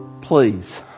Please